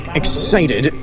excited